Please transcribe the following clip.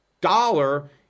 dollar